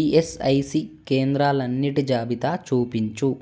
ESIC కేంద్రాలన్నిటి జాబితా చూపించుము